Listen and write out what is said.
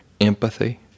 Empathy